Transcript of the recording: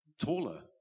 taller